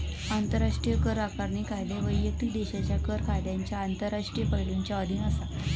आंतराष्ट्रीय कर आकारणी कायदे वैयक्तिक देशाच्या कर कायद्यांच्या आंतरराष्ट्रीय पैलुंच्या अधीन असा